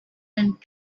and